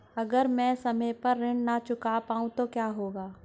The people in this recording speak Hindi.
अगर म ैं समय पर ऋण न चुका पाउँ तो क्या होगा?